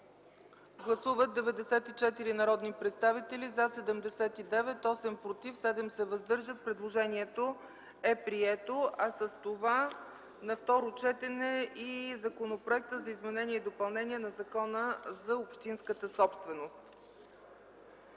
Гласували 94 народни представители: за 79, против 8, въздържали се 7. Предложението е прието, а с това на второ четене и Законът за изменение и допълнение на Закона за общинската собственост.